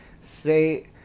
say